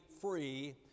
free